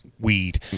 weed